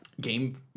game